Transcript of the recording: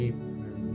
April